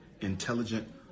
intelligent